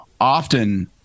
often